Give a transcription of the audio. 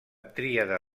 tríada